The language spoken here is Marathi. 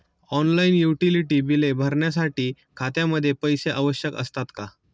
ऑनलाइन युटिलिटी बिले भरण्यासाठी खात्यामध्ये पैसे आवश्यक असतात का?